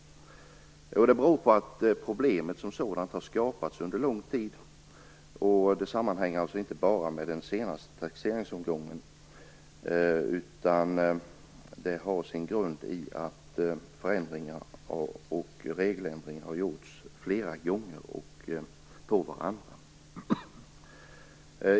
Det beror på att problemet som sådant har skapats under lång tid. Det sammanhänger alltså inte bara med den senaste taxeringsomgången utan har sin grund i att förändringar och regeländringar har gjorts flera gånger och efter varandra.